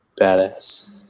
Badass